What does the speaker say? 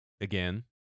Again